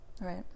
Right